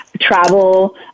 Travel